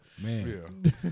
Man